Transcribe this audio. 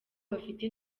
bafite